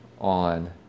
on